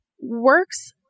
works